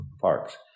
parks